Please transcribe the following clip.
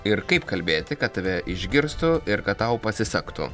ir kaip kalbėti kad tave išgirstų ir kad tau pasisektų